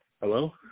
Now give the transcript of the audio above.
Hello